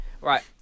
right